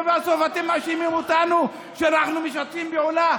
ובסוף אתם מאשימים אותנו שאנחנו משתפים פעולה.